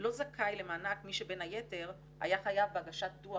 לא זכאי למענק מי שבין היתר היה חייב בהגשת דוח